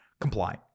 comply